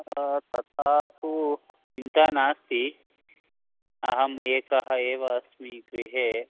तथा तु चिन्ता नास्ति अहम् एकः एव अस्मि गृहे